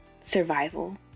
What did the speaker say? survival